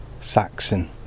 Saxon